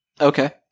Okay